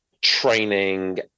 training